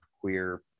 queer